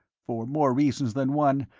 for more reasons than one,